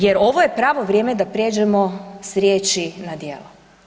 Jer ovo je pravo vrijeme da prijeđemo s riječi na djela.